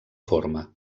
forma